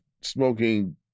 smoking